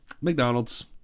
McDonald's